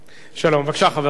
בבקשה, חבר הכנסת דואן.